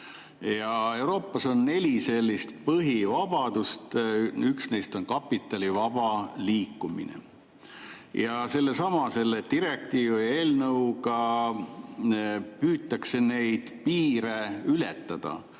Euroopas on neli sellist põhivabadust, üks neist on kapitali vaba liikumine. Sellesama eelnõuga püütakse neid piire ületada,